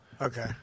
Okay